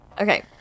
Okay